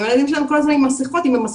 אם הילדים שלנו כל הזמן עם מסכות,